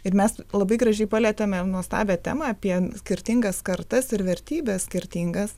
ir mes labai gražiai palietėme nuostabią temą apie skirtingas kartas ir vertybes skirtingas